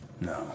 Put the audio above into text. No